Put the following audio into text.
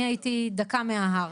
אני הייתי דקה מההר